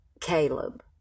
Caleb